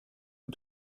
une